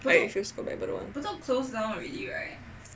I feel so I don't know why